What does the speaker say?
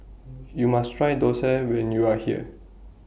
YOU must Try Thosai when YOU Are here